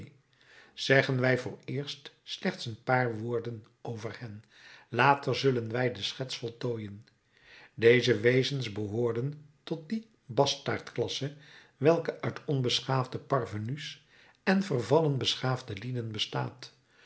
zeggen wij vooreerst slechts een paar woorden over hen later zullen wij de schets voltooien deze wezens behoorden tot die bastaardklasse welke uit onbeschaafde parvenus en vervallen beschaafde lieden bestaat